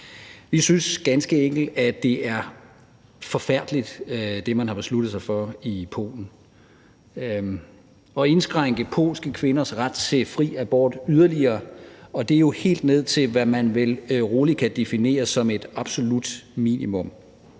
Vi synes ganske enkelt, at det er forfærdeligt, hvad man har besluttet sig for i Polen, nemlig at indskrænke polske kvinders ret til fri abort yderligere, og det er jo helt ned til, hvad man vel rolig kan definere som et absolut minimum.